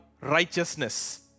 righteousness